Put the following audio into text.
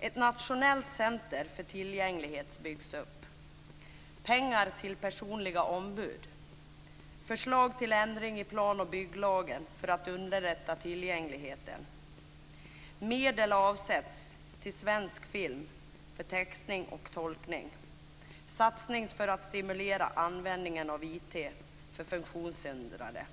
Ett nationellt center för tillgänglighet byggs upp. Pengar avsätts för personliga ombud. Förslag till ändring i plan och bygglagen för att underlätta tillgängligheten. Medel avsätts till svensk film för textning och tolkning. Satsning för att stimulera användningen av IT för funktionshindrade.